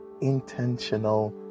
intentional